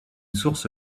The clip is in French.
source